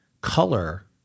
color